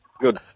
Good